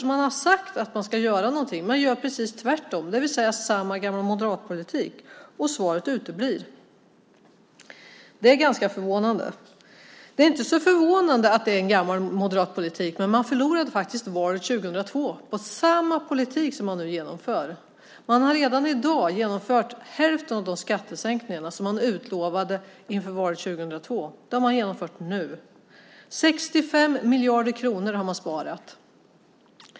Man har sagt att man ska göra någonting. Man gör precis tvärtom. Det är samma gamla moderatpolitik, och svaret uteblir. Det är ganska förvånande. Det är inte så förvånande att det är gammal moderatpolitik, men man förlorade faktiskt valet 2002 på samma politik som man nu genomför. Man har redan i dag genomfört hälften av de skattesänkningar som man utlovade inför valet 2002. Det har man genomfört nu. 65 miljarder kronor har man sparat.